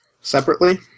Separately